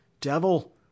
Devil